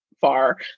far